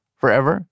forever